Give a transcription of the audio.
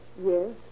Yes